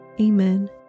Amen